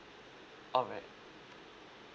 alright